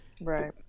right